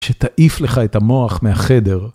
שתעיף לך את המוח מהחדר.